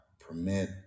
permit